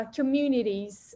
communities